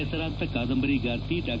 ಹೆಸರಾಂತ ಕಾದಂಬರಿಗಾರ್ತಿ ಡಾ